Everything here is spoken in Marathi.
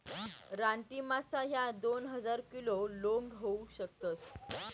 रानटी मासा ह्या दोन हजार किलो लोंग होऊ शकतस